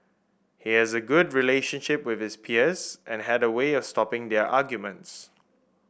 he has a good relationship with his peers and had a way of stopping their arguments